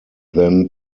then